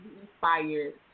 inspired